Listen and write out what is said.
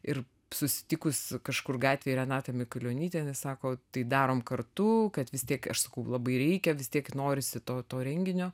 ir susitikus kažkur gatvėj renatą mikailionytę sako tai darome kartu kad vis tiek aš sakau labai reikia vis tiek norisi to to renginio